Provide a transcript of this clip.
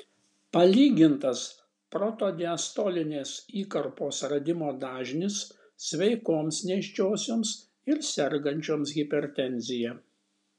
palygintas protodiastolinės įkarpos radimo dažnis sveikoms nėščiosioms ir sergančioms hipertenzija